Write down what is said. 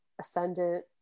ascendant